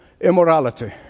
immorality